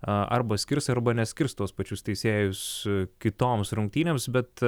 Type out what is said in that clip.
arba skirs arba neskirs tuos pačius teisėjus kitoms rungtynėms bet